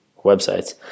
websites